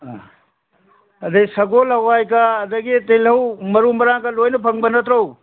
ꯑꯥ ꯑꯗꯒꯤ ꯁꯒꯣꯜ ꯍꯋꯥꯏꯒ ꯑꯗꯒꯤ ꯇꯤꯜꯂꯧ ꯃꯔꯨ ꯃꯔꯥꯡꯒ ꯂꯣꯏꯅ ꯐꯪꯕ ꯅꯠꯇ꯭ꯔꯣ